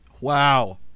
Wow